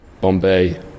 Bombay